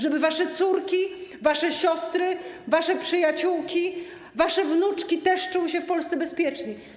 Żeby wasze córki, wasze siostry, wasze przyjaciółki, wasze wnuczki też czuły się w Polsce bezpiecznie.